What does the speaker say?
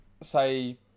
say